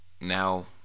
Now